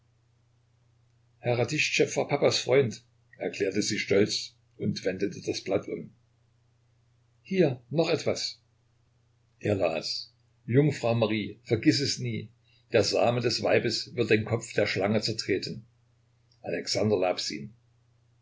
radischtschew war papachens freund erklärte sie stolz und wendete das blatt um hier noch etwas er las jungfrau marie vergiß es nie der same des weibes wird den kopf der schlange zertreten alexander